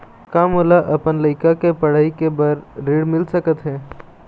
का मोला अपन लइका के पढ़ई के बर ऋण मिल सकत हे?